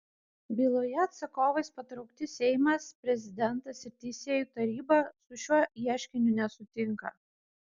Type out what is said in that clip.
byloje atsakovais patraukti seimas prezidentas ir teisėjų taryba su šiuo ieškiniu nesutinka